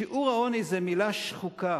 שיעור העוני זה מלה שחוקה,